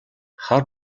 хар